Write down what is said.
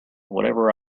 whatever